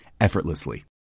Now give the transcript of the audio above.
effortlessly